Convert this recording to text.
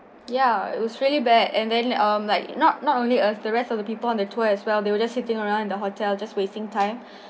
ya it was really bad and then err like not not only us the rest of the people on the tour as well they will just sitting around in the hotel just wasting time